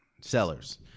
Sellers